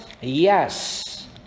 Yes